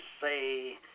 say